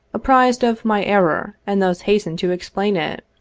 apprised of my error and thus hasten to explain it.